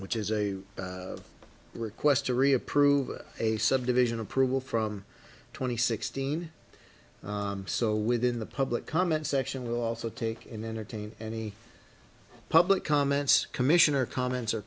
which is a request to re approve a subdivision approval from twenty sixteen so within the public comment section will also take in entertain any public comments commissioner comments or